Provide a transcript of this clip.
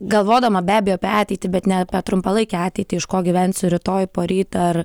galvodama be abejo apie ateitį bet ne apie trumpalaikę ateitį iš ko gyvensiu rytoj poryt ar